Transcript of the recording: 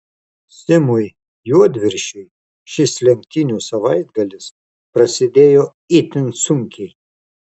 simui juodviršiui šis lenktynių savaitgalis prasidėjo itin sunkiai